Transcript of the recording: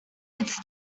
it’s